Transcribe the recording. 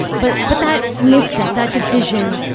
but but that misstep, that decision,